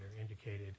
indicated